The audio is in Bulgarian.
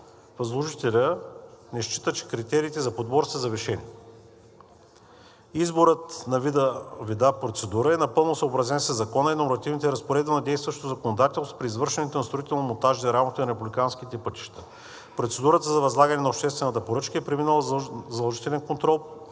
възложителят не счита, че критериите за подбор са завишени. Изборът на вида процедура е напълно съобразен със Закона и нормативните разпоредби на действащото законодателство при извършването на строително-монтажни работи на републиканските пътища. Процедурата за възлагане на обществената поръчка е преминала задължителен контрол